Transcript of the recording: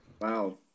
Wow